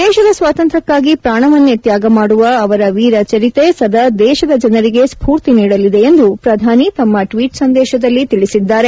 ದೇಶದ ಸ್ವಾತಂತ್ರಕ್ಕಾಗಿ ಪ್ರಾಣವನ್ನೇ ತ್ಯಾಗಮಾಡುವ ಅವರ ವೀರ ಚರಿತೆ ಸದಾ ದೇಶದ ಜನರಿಗೆ ಸ್ಟೂರ್ತಿ ನೀಡಲಿದೆ ಎಂದು ಪ್ರಧಾನಿ ತಮ್ಮ ಟ್ವೀಟ್ ಸಂದೇಶದಲ್ಲಿ ತಿಳಿಸಿದ್ದಾರೆ